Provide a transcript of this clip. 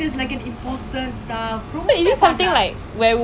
it's so funny and nice especially when you play with your friends